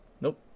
Nope